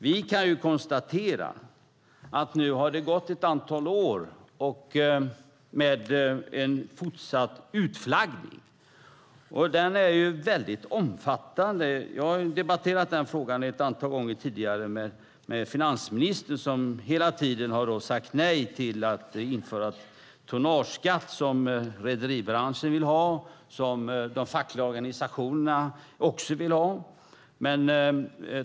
Vi kan konstatera att det nu har gått ett antal år med en fortsatt utflaggning. Den är väldigt omfattande. Jag har debatterat den frågan ett antal gånger med finansministern som hela tiden har sagt nej till att införa tonnageskatt, som rederibranschen vill ha och som de fackliga organisationerna också vill ha.